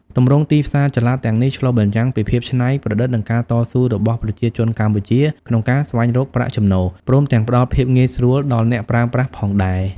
ទម្រង់ទីផ្សារចល័តទាំងនេះឆ្លុះបញ្ចាំងពីភាពច្នៃប្រឌិត និងការតស៊ូរបស់ប្រជាជនកម្ពុជាក្នុងការស្វែងរកប្រាក់ចំណូល ព្រមទាំងផ្តល់ភាពងាយស្រួលដល់អ្នកប្រើប្រាស់ផងដែរ។